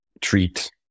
treat